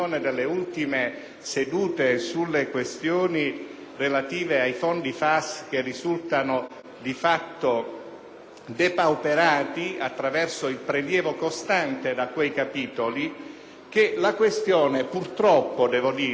relative ai fondi FAS, che risultano di fatto depauperati attraverso il prelievo costante da quei capitoli, che la questione purtroppo non riguarda - devo dire -soltanto il Mezzogiorno d'Italia,